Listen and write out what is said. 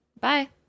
Bye